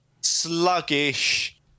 sluggish